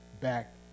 back